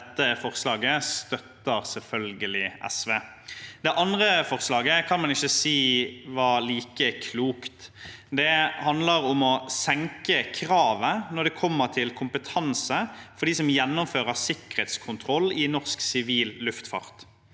Dette forslaget støtter selvfølgelig SV. Det andre forslaget kan man ikke si var like klokt. Det handler om å senke kravet til kompetanse for dem som gjennomfører sikkerhetskontroll i norsk sivil luftfart.